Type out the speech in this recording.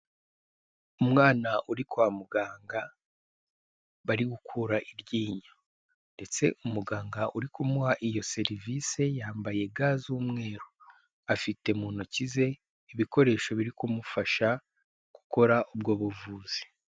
Umwana uri kwa muganga bari gukura iryinyo ndetse umuganga uri kumuha iyo serivise yambaye ga z'umweru afite mu ntoki ze ibikoresho biri kumufasha gukora ubwo buvuzi.